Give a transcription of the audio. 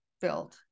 built